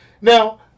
Now